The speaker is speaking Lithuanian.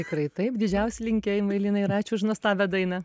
tikrai taip didžiausi linkėjimai linai ir ačiū už nuostabią dainą